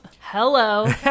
Hello